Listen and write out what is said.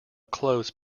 clothes